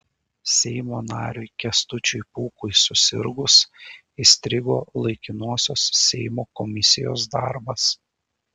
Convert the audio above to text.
seimo nariui kęstučiui pūkui susirgus įstrigo laikinosios seimo komisijos darbas